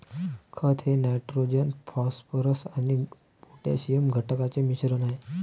खत हे nitrogen phosphorus आणि पोटॅशियम घटकांचे मिश्रण आहे